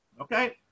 Okay